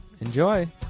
enjoy